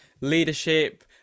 leadership